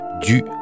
du